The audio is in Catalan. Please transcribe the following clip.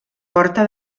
porta